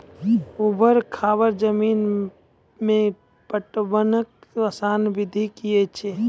ऊवर खाबड़ जमीन मे पटवनक आसान विधि की ऐछि?